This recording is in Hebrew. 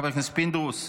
חבר הכנסת פינדרוס,